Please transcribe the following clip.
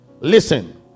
listen